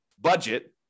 budget